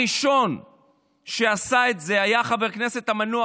הראשון שעשה את זה היה חבר הכנסת המנוח,